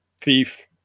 thief